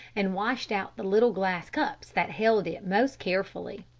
and washed out the little glass cups that held it most carefully.